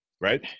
right